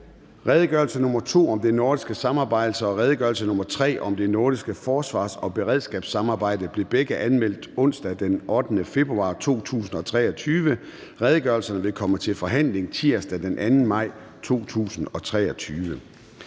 Redegørelse nr. R 2 om det nordiske samarbejde og redegørelse nr. R 3 om det nordiske forsvars- og beredskabssamarbejde blev begge anmeldt onsdag den 8. februar 2023. Redegørelserne vil komme til forhandling tirsdag den 2. maj 2023.